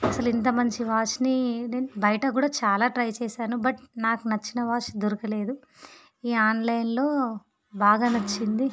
అసలు ఇంత మంచి వాచ్ని బయట కూడా చాలా ట్రై చేశాను బట్ నాకు నచ్చిన వాచ్ దొరకలేదు ఈ ఆన్లైన్ లో బాగా నచ్చింది